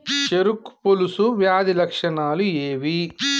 చెరుకు పొలుసు వ్యాధి లక్షణాలు ఏవి?